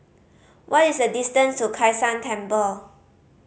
what is the distance to Kai San Temple